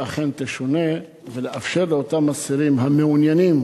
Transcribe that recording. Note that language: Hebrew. שהיא אכן תשונה, ולאפשר לאותם אסירים המעוניינים